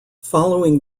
following